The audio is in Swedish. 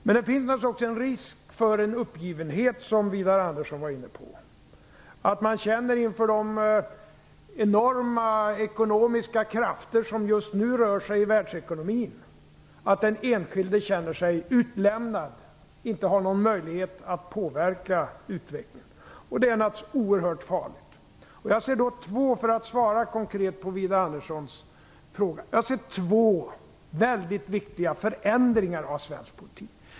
Det finns naturligtvis också en risk för en uppgivenhet, som Widar Andersson var inne på, risk för att man inför de enorma ekonomiska krafter som just nu rör sig i världen känner sig utlämnad, utan möjlighet att påverka utvecklingen. Det är naturligtvis oerhört farligt. Jag ser två mycket viktiga förändringar av svensk politik, för att svara konkret på Widar Anderssons fråga.